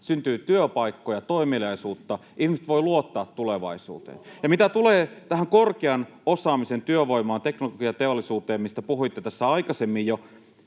syntyy työpaikkoja, toimeliaisuutta, ihmiset voivat luottaa tulevaisuuteen. Ja mitä tulee tähän korkean osaamisen työvoimaan, teknologiateollisuuteen, mistä puhuitte tässä aikaisemmin